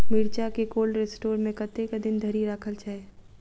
मिर्चा केँ cold store मे कतेक दिन धरि राखल छैय?